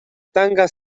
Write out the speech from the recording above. tanga